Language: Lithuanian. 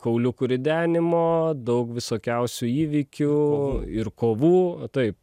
kauliukų ridenimo daug visokiausių įvykių ir kovų taip